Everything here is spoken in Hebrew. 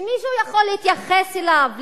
ושמישהו יכול להתייחס אליו,